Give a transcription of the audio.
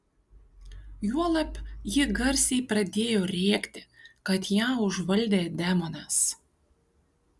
juolab ji garsiai pradėjo rėkti kad ją užvaldė demonas